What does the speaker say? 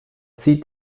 zieht